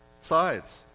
sides